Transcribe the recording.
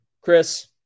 Chris